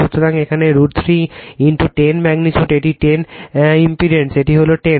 সুতরাং এখানে √3 10 ম্যাগ্নিটিউড এটি 10 ইম্পেন্ডেন্স এটি হল 10